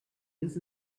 this